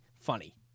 funny